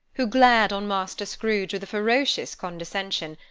who glared on master scrooge with a ferocious condescension,